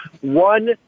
one